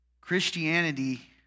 Christianity